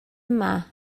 yma